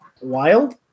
wild